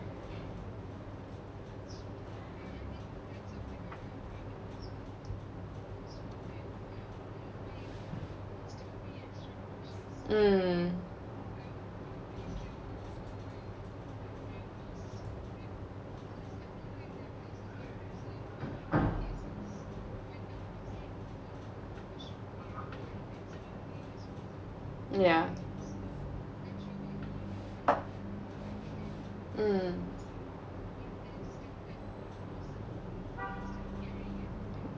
mm yeah mm